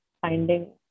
finding